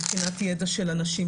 מבחינת ידע של אנשים,